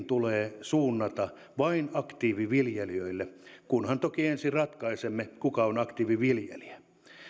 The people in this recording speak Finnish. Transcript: tulee suunnata vain aktiiviviljelijöille kunhan toki ensin ratkaisemme kuka on aktiiviviljelijä